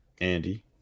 Andy